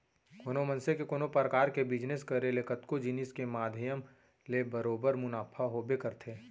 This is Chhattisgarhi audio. कोनो मनसे के कोनो परकार के बिजनेस करे ले कतको जिनिस के माध्यम ले बरोबर मुनाफा होबे करथे